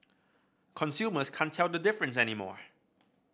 consumers can't tell the difference anymore